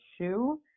Shoe